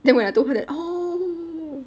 then when I told her that oh